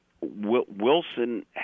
Wilson